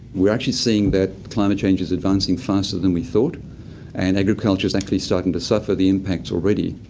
we are actually seeing that climate change is advancing faster than we thought and agriculture is actually starting to suffer the impacts already.